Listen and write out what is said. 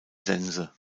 sense